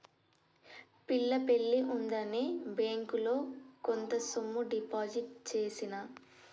పిల్ల పెళ్లి ఉందని బ్యేంకిలో కొంత సొమ్ము డిపాజిట్ చేసిన